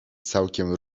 całkiem